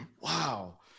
Wow